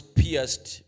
pierced